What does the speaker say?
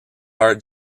are